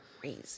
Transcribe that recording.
Crazy